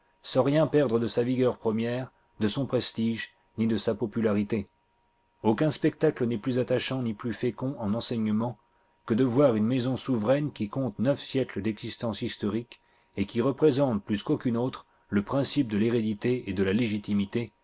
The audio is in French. sans rien perdre de sa vigueur première de son prestige ni de sa popularité aucun spectacle n'est plus attachant ni plus fécond en enseignement que de voir une maison souveraine qui compte neuf siècles d'existence historique et qui représente plus qu'aucune autre le principe de l'hérédité et de la légitimité